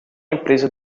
empresa